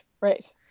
right